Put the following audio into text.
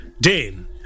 Dane